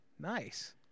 Nice